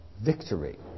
victory